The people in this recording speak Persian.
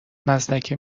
مزدک